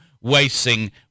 wasting